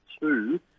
two